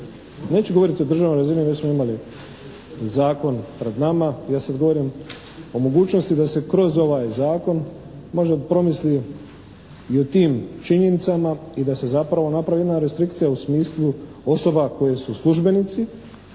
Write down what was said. Neću govoriti o državnoj razini već smo imali zakon pred nama, ja sad govorim o mogućnost da se kroz ovaj zakon možda promisli i o tim činjenicama i da se zapravo napravi jedna restrikcija u smislu osoba koje su službenici,